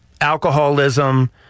alcoholism